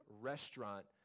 restaurant